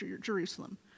Jerusalem